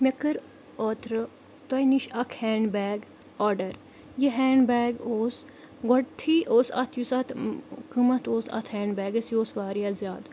مےٚ کٔر اوترٕ تۄہہِ نِش اَکھ ہینٛڈ بیگ آرڈَر یہِ ہینٛڈ بیگ اوس گۄڈٕتھٕے اوس اَتھ یُس اَتھ قۭمَتھ اوس اَتھ ہینٛڈ بیگَس یہِ اوس واریاہ زیادٕ